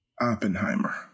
Oppenheimer